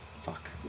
Fuck